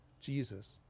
Jesus